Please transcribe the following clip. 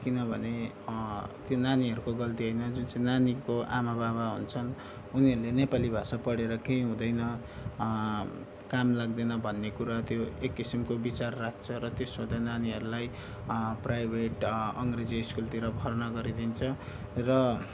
किनभने त्यो नानीहरूको गल्ती होइन जुन चाहिँ नानीको आमा बाबा हुन्छन् उनीहरूले नेपाली भाषा पढेर केही हुँदैन काम लाग्दैन भन्ने कुरा त्यो एक किसिमको विचार राख्छ र त्यस हुँदा नानीहरूलाई प्राइभेट अङ्ग्रेजी स्कुलतिर भर्ना गरिदिन्छ र